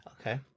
Okay